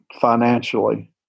financially